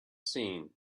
seen